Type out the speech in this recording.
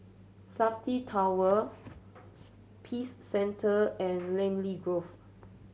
Safti Tower Peace Centre and Namly Grove